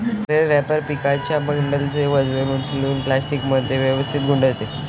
bell wrapper पिकांच्या बंडलचे वजन उचलून प्लास्टिकमध्ये व्यवस्थित गुंडाळते